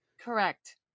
Correct